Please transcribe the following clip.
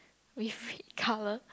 with red colour